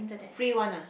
free one ah